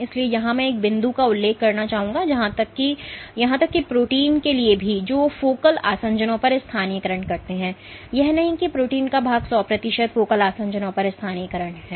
इसलिए यहां मैं एक बिंदु का उल्लेख करना चाहूंगा यहां तक कि प्रोटीन के लिए भी है जो फोकल आसंजनों पर स्थानीयकरण करते हैं यह नहीं है कि प्रोटीन भाग का सौ प्रतिशत फोकल आसंजनों पर स्थानीयकरण है